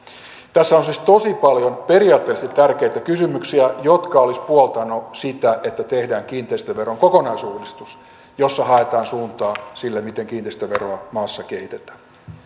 tässä on siis tosi paljon periaatteellisesti tärkeitä kysymyksiä jotka olisivat puoltaneet sitä että tehdään kiinteistöveron kokonaisuudistus jossa haetaan suuntaa sille miten kiinteistöveroa maassa kehitetään